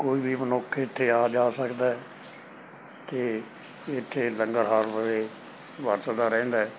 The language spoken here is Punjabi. ਕੋਈ ਵੀ ਮਨੁੱਖ ਇੱਥੇ ਆ ਜਾ ਸਕਦਾ ਅਤੇ ਇੱਥੇ ਲੰਗਰ ਹਰ ਵੇਲੇ ਵਰਤਦਾ ਰਹਿੰਦਾ